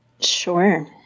Sure